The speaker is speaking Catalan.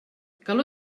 calor